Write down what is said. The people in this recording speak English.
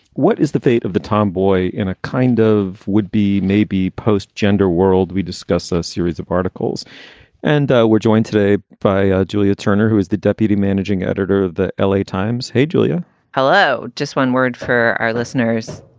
what is the fate of the tomboy? in a kind of would be maybe post gender world, we discuss a series of articles and we're joined today by ah julia turner, who is the deputy managing editor of the l a. times. hey, julia hello. just one word for our listeners